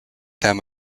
them